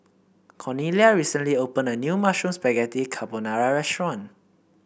Cornelia recently opened a new Mushroom Spaghetti Carbonara Restaurant